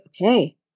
okay